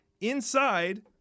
inside